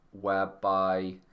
whereby